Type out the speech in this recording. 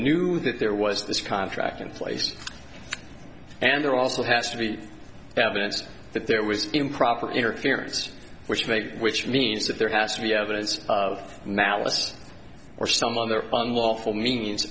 knew that there was this contract in place and there also has to be evidence that there was improper interference which make which means that there has to be evidence of malice or some other fun lawful means